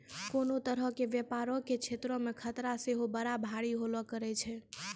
कोनो तरहो के व्यपारो के क्षेत्रो मे खतरा सेहो बड़ा भारी होलो करै छै